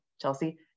Chelsea